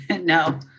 No